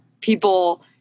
people